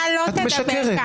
אתה לא תדבר ככה.